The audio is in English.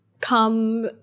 come